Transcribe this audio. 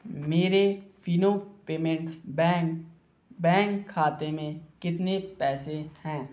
मेरे Fino payments bank bank खाते में कितने पैसे हैं